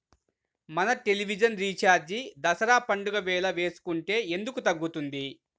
మన television recharge Dasara పండగ వేళ వేసుకుంటే ఎందుకు తగ్గుతుంది?